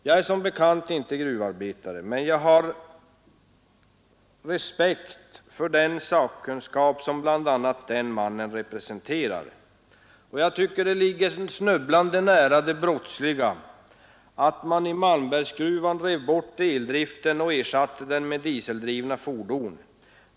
Jag är som bekant inte gruvarbetare, men jag har respekt för den sakkunskap som bl.a. den mannen representerar. Och jag tycker det ligger snubblande nära det brottsliga att man i Malmbergsgruvorna rev bort eldriften och ersatte den med dieseldrivna fordon.